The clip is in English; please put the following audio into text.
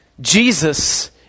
Jesus